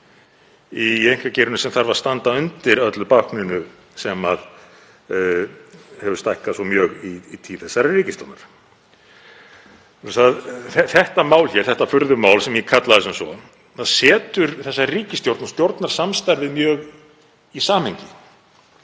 í einkageiranum sem þarf að standa undir öllu bákninu sem hefur stækkað svo mjög í tíð þessarar ríkisstjórnar. Þetta mál hér, þetta furðumál sem ég kalla svo, setur þessa ríkisstjórn og stjórnarsamstarfið mjög í samhengi.